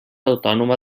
autònoma